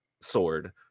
sword